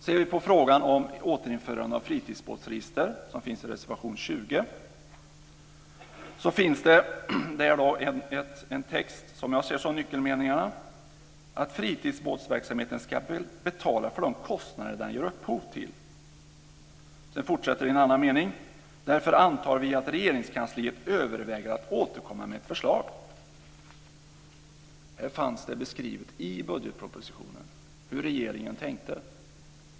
Ser vi på frågan om återinförande av fritidsbåtsregister, som behandlas i reservation nr 20, finns där en text där jag ser följande nyckelmening: "Att fritidsbåtsverksamheten skall betala för de kostnader den ger upphov till -" Sedan fortsätter det i en annan mening: "Därför antar vi att Regeringskansliet överväger att återkomma med ett förslag". Det fanns beskrivet i budgetpropositionen hur regeringen tänkte.